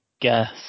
guess